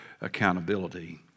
accountability